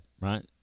Right